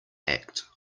act